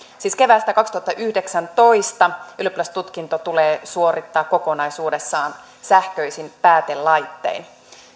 siis keväästä kaksituhattayhdeksäntoista lähtien ylioppilastutkinto tulee suorittaa kokonaisuudessaan sähköisin päätelaittein